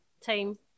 team